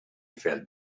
felt